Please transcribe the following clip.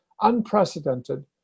unprecedented